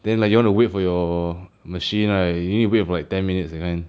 then like you want to wait for your machine right you need wait for like ten minutes that kind